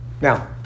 Now